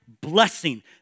blessing